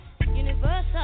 Universal